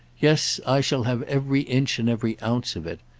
yes, i shall have every inch and every ounce of it.